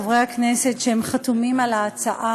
ולחברי חברי הכנסת שחתומים על ההצעה.